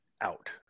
out